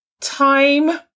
time